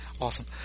Awesome